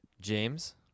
James